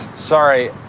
sorry,